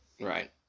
Right